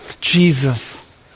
Jesus